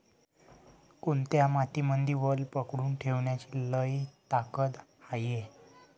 कोनत्या मातीमंदी वल पकडून ठेवण्याची लई ताकद हाये?